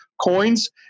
Coins